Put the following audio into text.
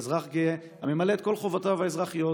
אזרח גאה הממלא את כל חובותיו האזרחיות